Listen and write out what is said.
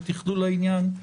בתכלול העניין.